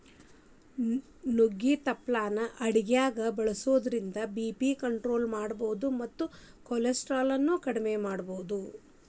ನುಗ್ಗಿ ತಪ್ಪಲಾನ ಅಡಗ್ಯಾಗ ಬಳಸೋದ್ರಿಂದ ಬಿ.ಪಿ ಕಂಟ್ರೋಲ್ ಮಾಡಬೋದು ಮತ್ತ ಕೊಲೆಸ್ಟ್ರಾಲ್ ಅನ್ನು ಅಕೆಡಿಮೆ ಮಾಡಬೋದು